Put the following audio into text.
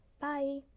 Bye